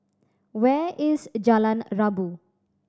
where is Jalan Rabu